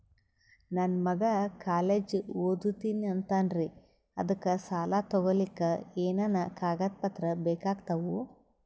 ನನ್ನ ಮಗ ಕಾಲೇಜ್ ಓದತಿನಿಂತಾನ್ರಿ ಅದಕ ಸಾಲಾ ತೊಗೊಲಿಕ ಎನೆನ ಕಾಗದ ಪತ್ರ ಬೇಕಾಗ್ತಾವು?